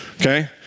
okay